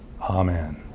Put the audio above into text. Amen